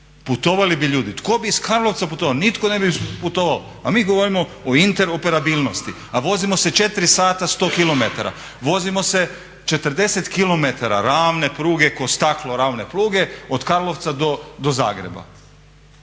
putovao. Tko bi iz Karlovca putovao? Nitko ne bi putovao. A mi govorimo o interoperabilnosti a vozimo se 4 sata 100 km, vozimo se 40 km ravne pruge, ko staklo ravne pruge, od Karlovca do Zagreba.